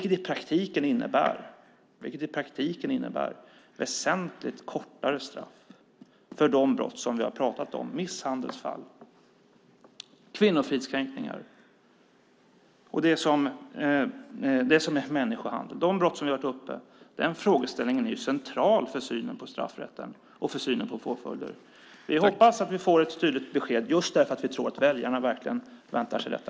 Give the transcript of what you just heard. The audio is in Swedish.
En sådan innebär i praktiken väsentligt kortare straff för de brott som vi har pratat om: misshandelsbrott, kvinnofridskränkning och människohandel. Denna frågeställning är central för synen på straffrätten och för synen på påföljder. Jag hoppas att vi får ett tydligt besked just därför att vi tror att väljarna verkligen förväntar sig detta.